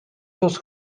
dos